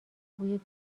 بوی